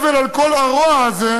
אבל על כל הרוע הזה,